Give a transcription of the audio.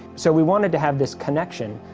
so we wanted to have this connection.